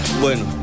bueno